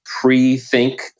pre-think